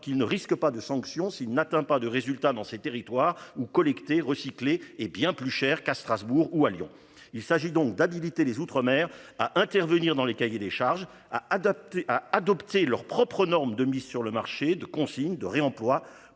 qu'ne risque pas de sanction, s'il n'atteint pas de résultats dans ces territoires où collecté, recyclé. Hé bien plus cher qu'à Strasbourg ou à Lyon, il s'agit donc d'habiliter les outre-mer à intervenir dans les cahiers des charges à adapter à adopter leurs propres normes de mise sur le marché de consigne de réemploi